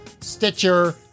Stitcher